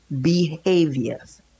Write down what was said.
behaviors